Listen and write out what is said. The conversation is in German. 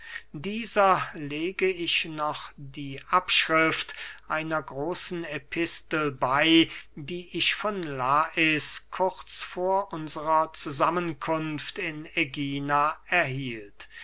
dieser lege ich noch die abschrift einer großen epistel bey die ich von lais kurz vor unsrer zusammenkunft in ägina erhielt